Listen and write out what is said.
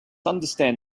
understand